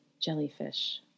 jellyfish